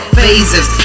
phases